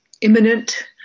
imminent